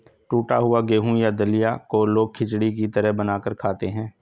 टुटा हुआ गेहूं या दलिया को लोग खिचड़ी की तरह बनाकर खाते है